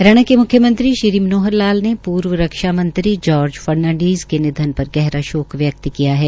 हरियाणा के मुख्यमंत्री श्री मनोहर लाल ने पूर्व रक्षा मंत्री जॉर्ज फर्नींडीज़ के निधन पर गहरा शोक व्यक्त किया है